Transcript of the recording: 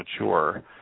mature